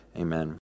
Amen